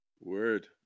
word